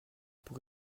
pour